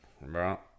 Bro